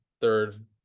third